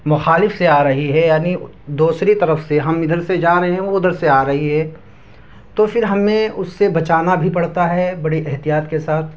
مخالف سے آ رہی ہے یعنی دوسری طرف سے ہم ادھر سے جا رہے ہیں وہ ادھر سے آ رہی ہے تو پھر ہمیں اس سے بچانا بھی پڑتا ہے بڑی احتیاط کے ساتھ